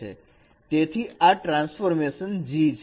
તેથી આ transformation G છે